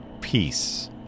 peace